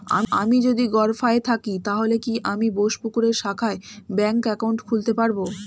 আমি যদি গরফায়ে থাকি তাহলে কি আমি বোসপুকুরের শাখায় ব্যঙ্ক একাউন্ট খুলতে পারবো?